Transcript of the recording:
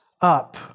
up